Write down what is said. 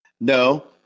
No